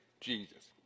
Jesus